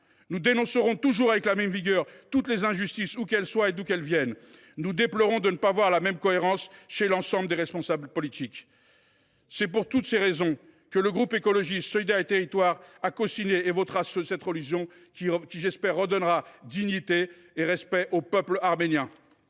Nous dénoncerons toujours avec la même vigueur toutes les injustices, où qu’elles se produisent et d’où qu’elles viennent. Et nous déplorons de ne pas voir la même cohérence chez l’ensemble des responsables politiques. C’est pour toutes ces raisons que le groupe Écologiste – Solidarité et Territoires a cosigné et votera cette proposition de résolution, qui, je l’espère, redonnera dignité et respect au peuple arménien.